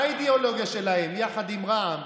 מה האידיאולוגיה שלהם, יחד עם רע"מ,